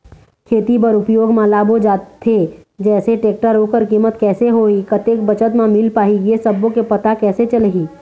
खेती बर उपयोग मा लाबो जाथे जैसे टेक्टर ओकर कीमत कैसे होही कतेक बचत मा मिल पाही ये सब्बो के पता कैसे चलही?